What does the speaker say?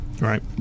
Right